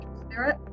Spirit